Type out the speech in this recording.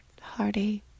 heartache